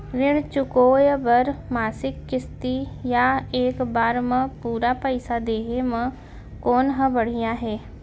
ऋण चुकोय बर मासिक किस्ती या एक बार म पूरा पइसा देहे म कोन ह बढ़िया हे?